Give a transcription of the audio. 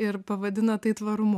ir pavadina tai tvarumu